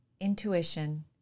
intuition